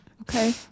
okay